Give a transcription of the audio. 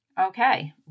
Okay